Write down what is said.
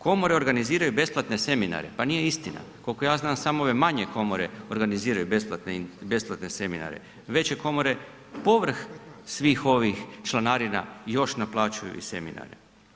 Komore organiziraju besplatne seminare, pa nije istina, koliko ja znam samo ove manje komore organiziraju besplatne seminare, veće komore povrh svih ovih članarina još naplaćuju i seminare.